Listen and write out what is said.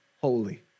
holy